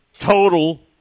Total